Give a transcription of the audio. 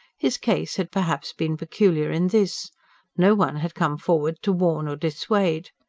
his case had perhaps been peculiar in this no one had come forward to warn or dissuade.